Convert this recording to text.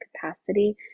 capacity